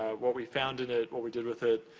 what we found in it, what we did with it.